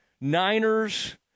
Niners